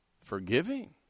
Forgiving